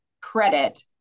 credit